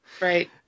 Right